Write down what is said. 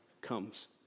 comes